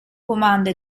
comando